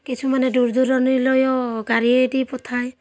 কিছুমানে দূৰ দূৰণিলৈও গাড়ীয়েদি পঠায়